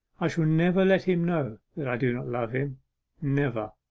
i shall never let him know that i do not love him never.